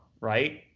right